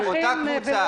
אותה קבוצה,